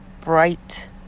bright